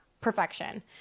perfection